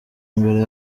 mbere